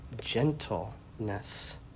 gentleness